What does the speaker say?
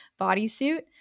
bodysuit